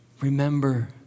remember